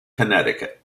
connecticut